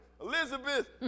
Elizabeth